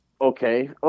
Okay